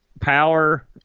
Power